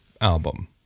album